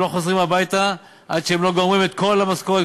והם לא חוזרים הביתה עד שהם לא גומרים את כל המשכורת,